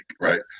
right